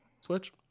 switch